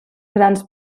grans